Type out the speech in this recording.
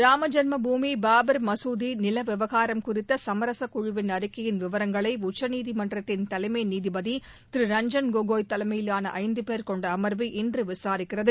ராமஜென்ம பூமி பாபர் மசூதி நில விவகாரம் குறித்த சமரச குழுவின் அறிக்கையின் விவரங்களை உச்சநீதமன்றத்தின் தலைமை நீதிபதி திரு ரஞ்சன் கோகாய் தலைமையிலான ஐந்து பேர் கொண்ட அமர்வு இன்று விசாரிக்கிறது